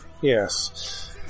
Yes